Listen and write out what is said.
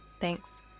Thanks